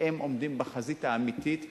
הם עומדים בחזית האמיתית ביום-יום,